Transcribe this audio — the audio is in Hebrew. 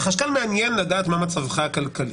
את החשכ"ל מעניין לדעת מה מצבך הכלכלי.